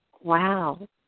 wow